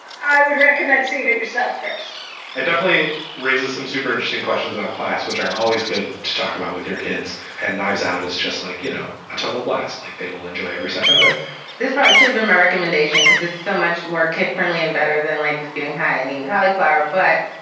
i would recommend seeing that yourself first it definitely raises some super interesting questions about class, which are always good to talk about with your kids and knives out as just like, you know, a total blast. like they will enjoy every second of it this should've been my recommendation because it's so much more kid friendly and better than like just getting high. i mean, cauliflower but